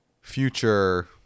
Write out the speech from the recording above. future